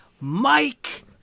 Mike